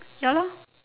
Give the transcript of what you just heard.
ya lor